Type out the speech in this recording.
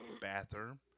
bathroom